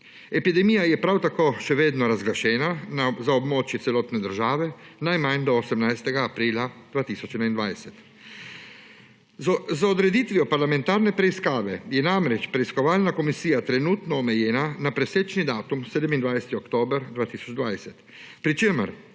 Epidemija je prav tako še vedno razglašena za območje celotne države najmanj do 18. aprila 2021. Z odreditvijo parlamentarne preiskave je namreč preiskovalna komisija trenutno omejena na presečni datum 27. oktober 2020, pri čemer